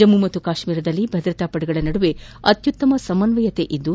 ಜಮ್ನು ಮತ್ತು ಕಾಶ್ಮೀರದಲ್ಲಿ ಭದ್ರತಾಪಡೆಗಳ ನಡುವೆ ಅತ್ತುತ್ತಮ ಸಮನ್ವಯತೆ ಇದ್ದು